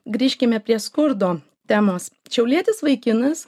grįžkime prie skurdo temos šiaulietis vaikinas